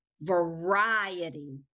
variety